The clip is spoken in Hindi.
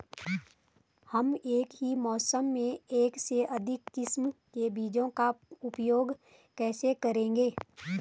हम एक ही मौसम में एक से अधिक किस्म के बीजों का उपयोग कैसे करेंगे?